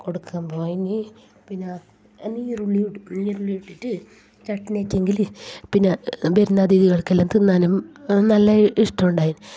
കൊടുക്കാന് പോയെങ്കിൽ പിന്നെ നീരുള്ളി എടുക്കും നീരുള്ളി ഇട്ടിട്ട് ചട്നി ആക്കിയെങ്കിൽ പിന്നെ വരുന്ന അതിഥികള്ക്കെല്ലാം തിന്നാനും നല്ല ഇഷ്ടം ഉണ്ടായി